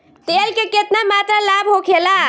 तेल के केतना मात्रा लाभ होखेला?